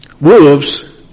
Wolves